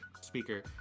speaker